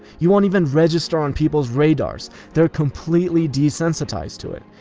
you won't even register on people's radars. they're completely desensitized to it.